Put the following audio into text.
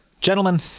Gentlemen